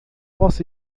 você